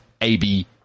AB